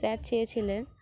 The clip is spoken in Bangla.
স্যার চেয়েছিলেন